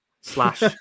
slash